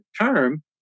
term